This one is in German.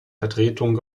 vertretungen